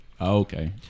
Okay